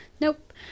Nope